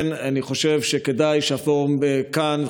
לכן אני חושב שכדאי שהפורום כאן,